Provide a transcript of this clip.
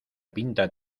pinta